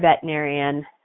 veterinarian